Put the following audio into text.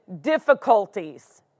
difficulties